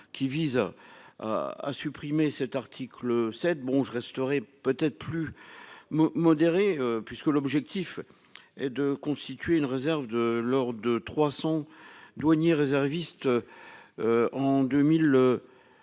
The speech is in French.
qui visent. À supprimer cet article 7 bon je resterai peut-être plus. Modéré puisque l'objectif est de constituer une réserve de lors de 300 douaniers. Réservistes. En 2025.